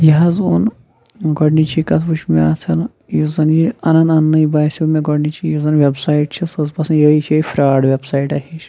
یہِ حظ اوٚن گۄڈٕنِچی کَتھ وٕچھ مےٚ اَتھ یُس زَن یہِ اَنَن اَنٛنٕے باسیو مےٚ گۄڈٕنِچی یُس زَن وٮ۪بسایٹ چھِ سۄ ٲس باسان یِہوٚے یہِ چھِ یِہوٚے فرٛاڈ وٮ۪بسایٹا ہِش